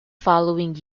following